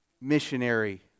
missionary